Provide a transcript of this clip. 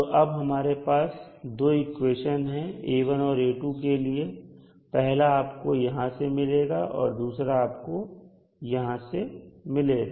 तो अब हमारे पास दो इक्वेशन हैं A1 और A2 के लिए पहला आपको यहां से मिलेगा और दूसरा आपको यहां से मिलेगा